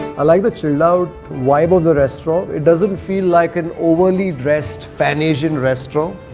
i like the chilled out vibe of the restaurant. it doesn't feel like an overly dressed pan asian restaurant.